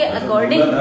according